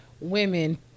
women